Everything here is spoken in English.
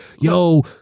yo